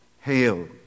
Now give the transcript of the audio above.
Hail